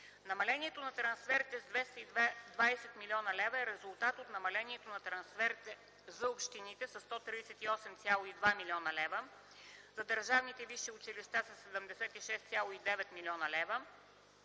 Намалението на трансферите с 220 млн. лв. е резултат от намалението на трансферите за: общините със 138,2 млн. лв.; държавните висши училища със 76,9 млн. лв.,